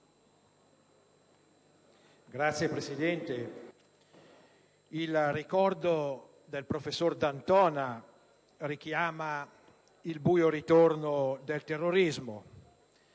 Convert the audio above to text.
Signor Presidente, il ricordo del professor D'Antona richiama il buio ritorno del terrorismo.